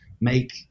make